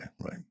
right